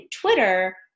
Twitter